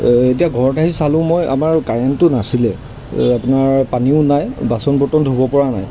এতিয়া ঘৰত আহি চালোঁ মই আমাৰ কাৰেণ্টটো নাছিলে আপোনাৰ পানীও নাই বাচন বৰ্তন ধুব পৰা নাই